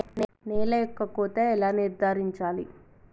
నేల యొక్క కోత ఎలా నిర్ధారించాలి?